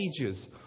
ages